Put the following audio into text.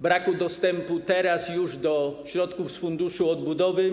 brak dostępu teraz już do środków z Funduszu Odbudowy,